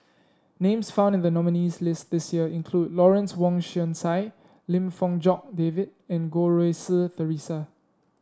names found in the nominees' list this year include Lawrence Wong Shyun Tsai Lim Fong Jock David and Goh Rui Si Theresa